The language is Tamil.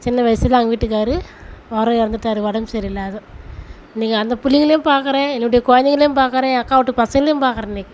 சின்ன வயசிலே அவங்க வீட்டுக்காரர் அவரும் இறந்துட்டாரு உடம்பு சரி இல்லாது இன்றைக்கு அந்த பிள்ளைங்களையும் பார்க்குறேன் என்னுடைய குழந்தைங்களையும் பார்க்குறேன் என் அக்கா வீட்டு பசங்களையும் பார்க்குறேன் இன்றைக்கு